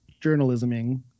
journalisming